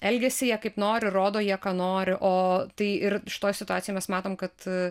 elgiasi jie kaip nori rodo jie ką nori o tai ir šitoj situacijoj mes matom kad